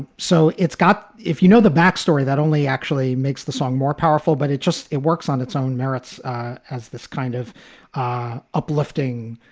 so it's got if you know the backstory, that only actually makes the song more powerful. but it just it works on its own merits as this kind of uplifting,